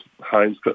Heinz